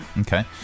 okay